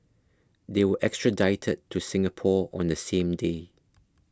they were extradited to Singapore on the same day